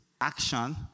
action